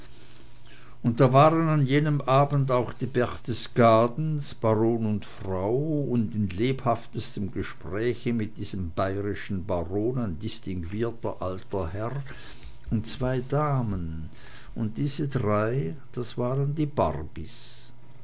und da waren an jenem abend auch die berchtesgadens baron und frau und in lebhaftestem gespräche mit diesem bayerischen baron ein distinguierter alter herr und zwei damen und diese drei das waren die barbys